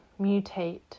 mutate